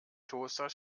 toaster